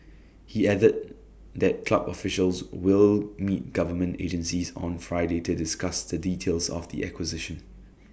he added that club officials will meet government agencies on Friday to discuss the details of the acquisition